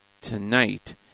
tonight